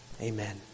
Amen